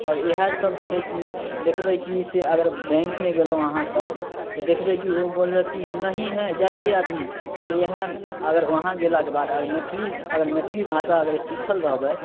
आओर इएह सब छै कि देखबै कि से अगर बैंकमे गेलहुँ अहाँ सब तऽ देखबै कि ओ बोललक कि जे नहीं है जाइये अभी आओर इएहे अगर वहाँ गेलाके बाद अगर मैथिली अगर मैथिली भाषा अगर सिखल रहबै